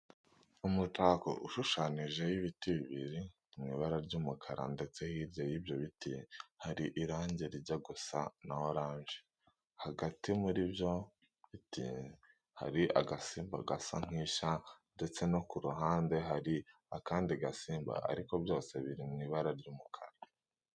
Umutako ushushanijeho ibiti bibiri mu ibara ry'umukara ndetse hirya y'ibyo biti hari irange rijya gusa na oranje. Hagati muri ibyo biti harimo agasimba gasa nk'isha ndetse no ku ruhande hari akandi gasimba ariko byose biri mu ibara ry'umukara.